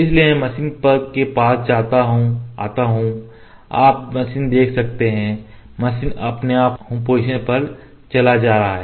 इसलिए मैं मशीन पर के पास आता हूं आप मशीन देख सकते हैं मशीन अपने आप होम पोजीशन पर चला जा रहा है